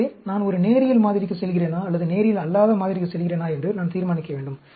எனவே நான் ஒரு நேரியல் மாதிரிக்கு செல்கிறேனா அல்லது நேரியல் அல்லாத மாதிரிக்கு செல்கிறேனா என்று நான் தீர்மானிக்க வேண்டும்